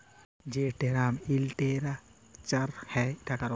যে term structure হ্যয় টাকার উপরে